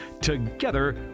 Together